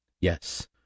Yes